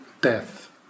death